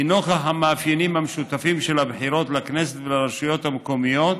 כי נוכח המאפיינים המשותפים של הבחירות לכנסת ולרשויות המקומיות,